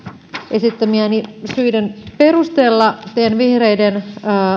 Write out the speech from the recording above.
esittämieni syiden perusteella teen vihreiden